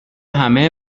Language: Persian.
همه